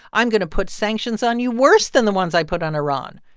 i'm going to put sanctions on you worse than the ones i put on iran.